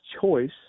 choice